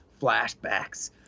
flashbacks